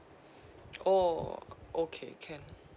oh okay can